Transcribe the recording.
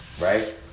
right